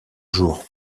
jour